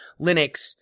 Linux